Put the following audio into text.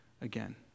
again